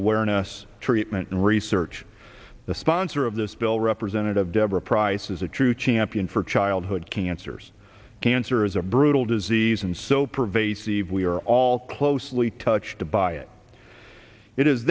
awareness treatment and research the sponsor of this bill representative deborah pryce is a true champion for childhood cancers cancer is a brutal disease and so pervasive we are all closely touched by it it is